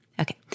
Okay